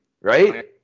right